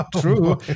true